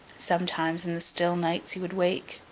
sometimes, in the still nights, he would wake,